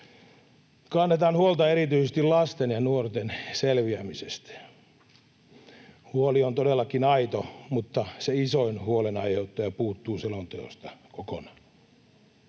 kannetaan huolta erityisesti lasten ja nuorten selviämisestä. Huoli on todellakin aito, mutta se isoin huolenaiheuttaja puuttuu selonteosta kokonaan.